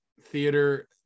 theater